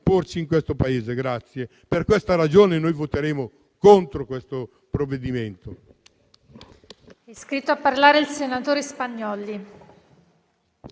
Per questa ragione, voteremo contro questo provvedimento.